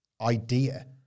idea